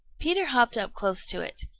peter hopped up close to it.